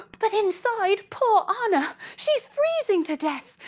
but inside poor anna she's freezing to death.